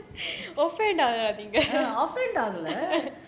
ஆகல:agala